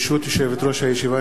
ברשות יושבת-ראש הישיבה,